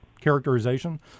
characterization